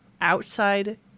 outside